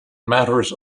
matters